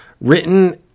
Written